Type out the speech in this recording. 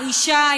אישה,